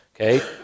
okay